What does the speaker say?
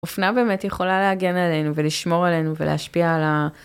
אופנה באמת יכולה להגן עלינו, ולשמור עלינו, ולהשפיע על ה...